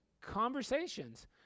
conversations